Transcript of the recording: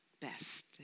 best